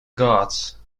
gods